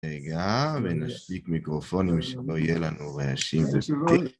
רגע, ונשתיק מיקרופונים שלא יהיה לנו רעשים לפתיח.